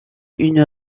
une